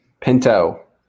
Pinto